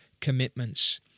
commitments